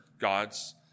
God's